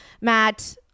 matt